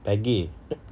peggy